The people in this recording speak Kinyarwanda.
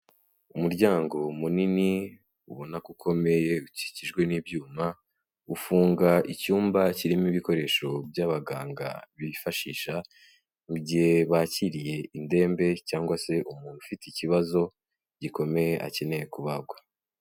Umuryango munini ubona ko ukomeye ukikijwe n'ibyuma, ufunga icyumba kirimo ibikoresho by'abaganga bifashisha mu gihe bakiriye indembe cyangwa se umuntu ufite ikibazo gikomeye akeneye kubagwa.